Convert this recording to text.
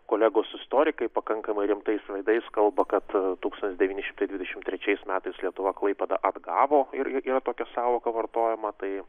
kolegos istorikai pakankamai rimtais veidais kalba kad tūkstantis devyni šimtai dvidešimt trečiais metais lietuva klaipėdą atgavo yra tokia sąvoka vartojama tai